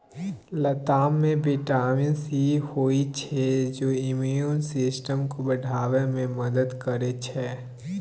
लताम मे vitamin C होइ छै जे इम्युन सिस्टम केँ बढ़ाबै मे मदद करै छै